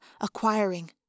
acquiring